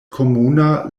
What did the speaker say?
komuna